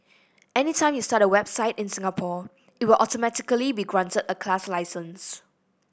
anytime you start a website in Singapore it will automatically be granted a class license